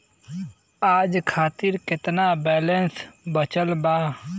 आज खातिर केतना बैलैंस बचल बा?